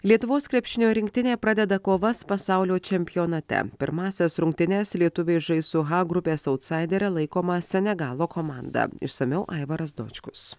lietuvos krepšinio rinktinė pradeda kovas pasaulio čempionate pirmąsias rungtynes lietuviai žais su h grupės autsaidere laikoma senegalo komanda išsamiau aivaras dočkus